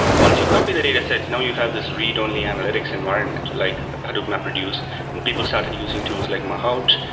once you copy the datasets, now you have this read only analytics environment, like hadoop mapreduce and people started using tools like mahout,